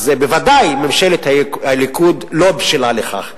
אז בוודאי ממשלת הליכוד לא בשלה לכך.